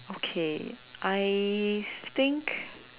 okay I think